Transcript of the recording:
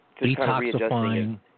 detoxifying